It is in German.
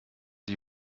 die